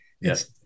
Yes